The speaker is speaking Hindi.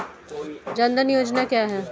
जनधन योजना क्या है?